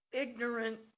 ignorant